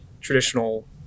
traditional